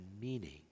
meaning